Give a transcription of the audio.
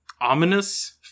ominous